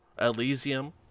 Elysium